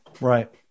Right